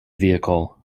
vehicle